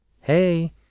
hey